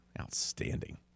Outstanding